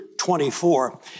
24